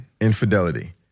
infidelity